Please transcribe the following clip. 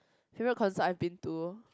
favourite concert I've been to